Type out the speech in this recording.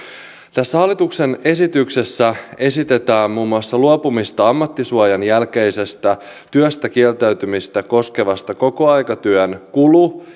tässä hallituksen esityksessä esitetään muun muassa luopumista ammattisuojan jälkeisestä työstä kieltäytymistä koskevasta kokoaikatyön kulu